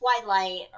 twilight